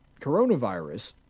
coronavirus